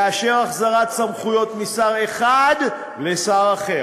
לאשר החזרת סמכויות משר אחד לשר אחר,